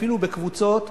אפילו בקבוצות,